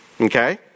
okay